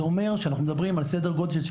זה אומר שאנחנו מדברים על סדר גודל של